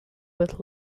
with